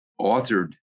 authored